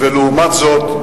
לעומת זאת,